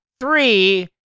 three